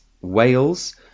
Wales